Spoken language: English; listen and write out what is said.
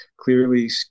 clearly